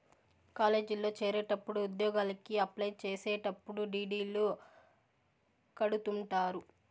కాలేజీల్లో చేరేటప్పుడు ఉద్యోగలకి అప్లై చేసేటప్పుడు డీ.డీ.లు కడుతుంటారు